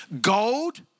gold